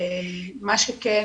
מה שכן,